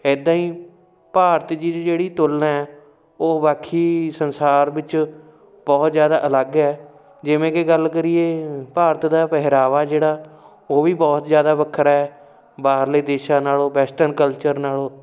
ਇੱਦਾਂ ਹੀ ਭਾਰਤ ਦੀ ਜਿਹੜੀ ਤੁਲਨਾ ਹੈ ਉਹ ਬਾਕੀ ਸੰਸਾਰ ਵਿੱਚ ਬਹੁਤ ਜ਼ਿਆਦਾ ਅਲੱਗ ਹੈ ਜਿਵੇਂ ਕਿ ਗੱਲ ਕਰੀਏ ਭਾਰਤ ਦਾ ਪਹਿਰਾਵਾ ਜਿਹੜਾ ਉਹ ਵੀ ਬਹੁਤ ਜ਼ਿਆਦਾ ਵੱਖਰਾ ਬਾਹਰਲੇ ਦੇਸ਼ਾਂ ਨਾਲੋਂ ਵੈਸਟਰਨ ਕਲਚਰ ਨਾਲੋਂ